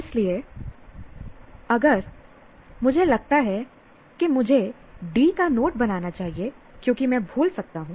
इसलिए अगर मुझे लगता है कि मुझे D का नोट बनाना चाहिए क्योंकि मैं भूल सकता हूं